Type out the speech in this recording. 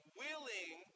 willing